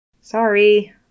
Sorry